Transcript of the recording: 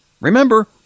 Remember